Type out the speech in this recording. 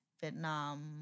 Vietnam